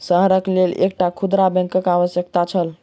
शहरक लेल एकटा खुदरा बैंकक आवश्यकता छल